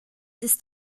ist